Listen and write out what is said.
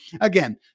again